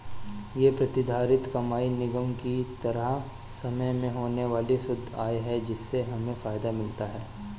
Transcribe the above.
ये प्रतिधारित कमाई निगम की तय समय में होने वाली शुद्ध आय है जिससे हमें फायदा मिलता है